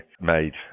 made